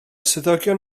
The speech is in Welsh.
swyddogion